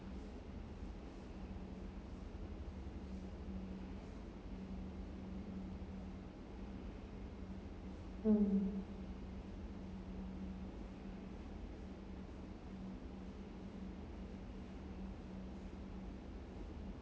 mm